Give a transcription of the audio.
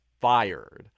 fired